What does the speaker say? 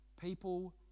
People